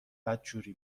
بدجوری